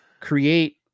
create